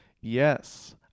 yes